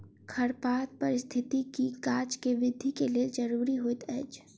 खरपात पारिस्थितिकी गाछ के वृद्धि के लेल ज़रूरी होइत अछि